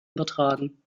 übertragen